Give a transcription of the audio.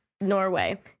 Norway